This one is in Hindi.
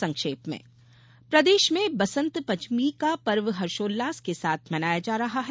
संक्षिप्त समाचार प्रदेश में बसंत पंचमी का पर्व हर्षोल्लास के साथ मनाया जा रहा है